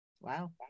Wow